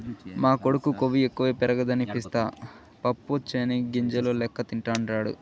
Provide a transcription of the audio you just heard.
మా కొడుకు కొవ్వు ఎక్కువ పెరగదని పిస్తా పప్పు చెనిగ్గింజల లెక్క తింటాండాడు